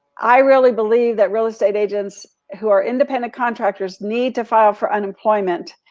i really believe that real estate agents, who are independent contractors, need to file for unemployment.